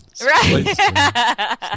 Right